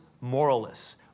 moralists